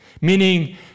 meaning